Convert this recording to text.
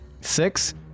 Six